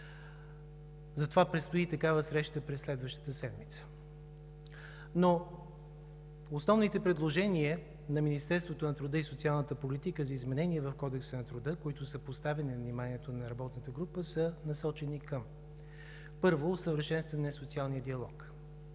Затова предстои такава среща през следващата седмица. Основните предложения на Министерството на труда и социалната политика за изменения в Кодекса на труда, които са поставени на вниманието на работната група, са насочени към: 1. усъвършенстване на социалния диалог;